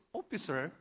officer